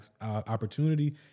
opportunity